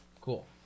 Cool